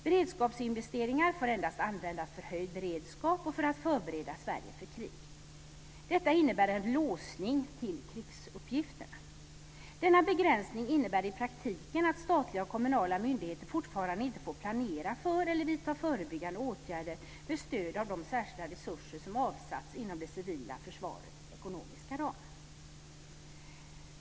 Beredskapsinvesteringar får endast användas för höjd beredskap och för att förbereda Sverige för krig. Detta innebär en låsning till krigsuppgifterna. Denna begränsning innebär i praktiken att statliga och kommunala myndigheter fortfarande inte får planera för eller vidta förebyggande åtgärder med stöd av de särskilda resurser som avsatts inom det civila försvarets ekonomiska ram.